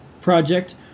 project